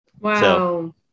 Wow